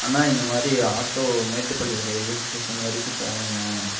அண்ணா இந்தமாதிரி auto Mettupalayam railway station வரைக்கும் போகணும்ணா